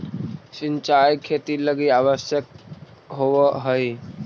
सिंचाई खेती लगी आवश्यक होवऽ हइ